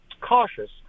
cautious